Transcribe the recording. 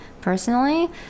personally